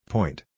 Point